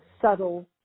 subtle